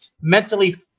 mentally